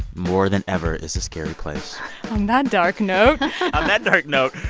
more than ever, is a scary place on that dark note. on that dark note,